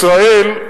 ישראל,